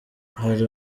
hari